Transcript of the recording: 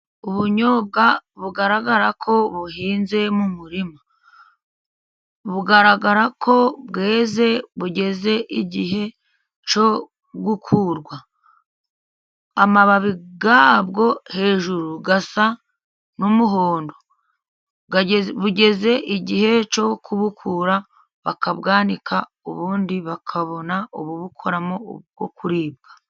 Ubunyobwa bugaragara ko buhinze mu murima. Bugaragara ko bweze bugeze igihe cyo gukurwa. Amababi yabwo hejuru asa n'umuhondo, bugeze igihe cyo kubukura, bakabwanika, ubundi bakabona ububukoramo ubwo kuribwa.